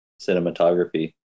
cinematography